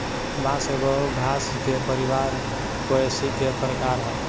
बांस एगो घास के परिवार पोएसी के प्रकार ह